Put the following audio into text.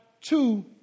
two